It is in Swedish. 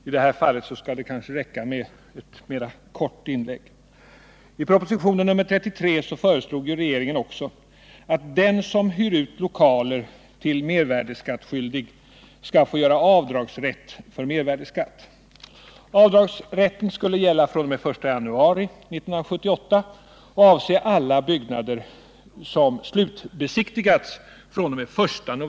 I det här fallet bör det räcka med ett kortare inlägg.